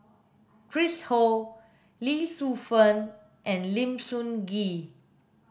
Chris Ho Lee Shu Fen and Lim Sun Gee